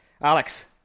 Alex